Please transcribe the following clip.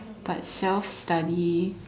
but self study